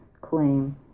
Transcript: claim